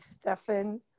stefan